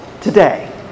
today